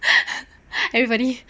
everybody